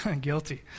Guilty